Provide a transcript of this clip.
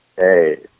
Hey